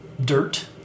dirt